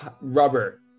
rubber